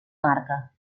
marca